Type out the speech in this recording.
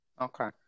okay